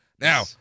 Now